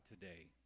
today